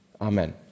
Amen